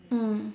mm